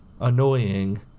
annoying